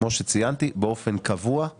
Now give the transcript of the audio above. כמו שציינתי, באופן קבוע זה